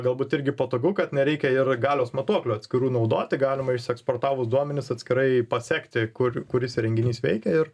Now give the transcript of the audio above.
galbūt irgi patogu kad nereikia ir galios matuoklių atskirų naudoti galima išsieksportavus duomenis atskirai pasekti kur kuris įrenginys veikia ir